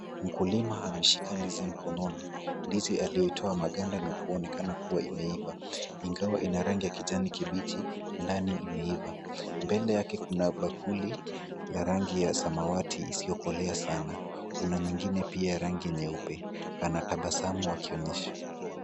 Mkulima ameshika ndizi mkononi, ndizi aliyoitoa maganda na kuonekana kuwa imeiva, ingawa ina rangi ya kijani kibichi, ndani imeiva. Mbele yake kuna bakuli la rangi ya samawati isiyokolea sana. Kuna nyingine pia ya rangi nyeupe. Anatabasamu akionyesha.